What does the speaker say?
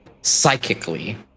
psychically